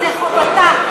זו חובתה.